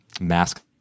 mask